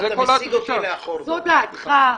זו דעתך.